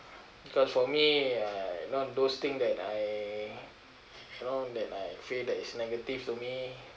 because for me I not those thing that I you know that I feel that it's negative to me